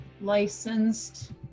licensed